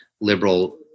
liberal